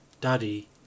Daddy